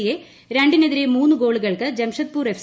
സിയെ രണ്ടിനെതിരെ മൂന്നു ഗോളുകൾക്ക് ജംഷദ്പൂർ എഫ്